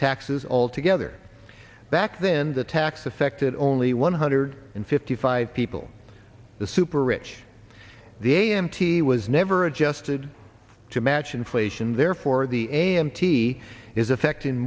taxes altogether back then the tax affected only one hundred and fifty five people the super rich the a m t was never adjusted to match inflation therefore the a m t is affecting